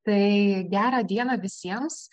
tai gerą dieną visiems